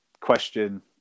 question